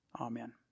Amen